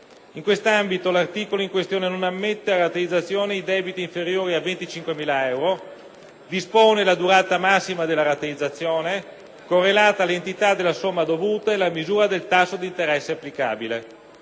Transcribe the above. In questo ambito, l'articolo in questione non ammette a rateizzazione i debiti inferiori a 25.000 euro, dispone la durata massima della rateizzazione, correlata all'entità della somma dovuta, e la misura del tasso di interesse applicabile.